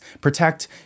protect